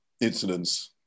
incidents